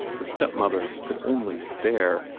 the step-mother could only stare.